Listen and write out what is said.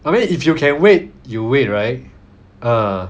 I mean if you can wait you wait right uh